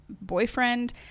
boyfriend